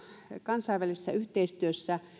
kansainvälisessä yhteistyössä